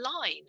line